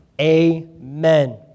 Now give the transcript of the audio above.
amen